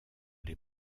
les